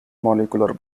molecular